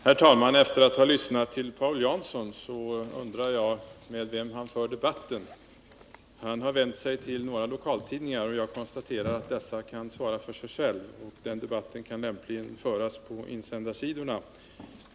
Herr talman! Efter att ha lyssnat till Paul Jansson undrar jag med vem han för debatten. Han har vänt sig till några lokaltidningar, och jag konstaterar att dessa kan svara för sig själva. Den debatten kan lämpligen föras på insändarsidorna.